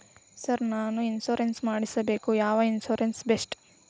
Sir ನಾನು insurance ಮಾಡಿಸಬೇಕು ಯಾವ ಇನ್ಶೂರೆನ್ಸ್ ಬೆಸ್ಟ್ರಿ?